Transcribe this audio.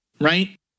right